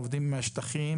עובדים מן השטחים,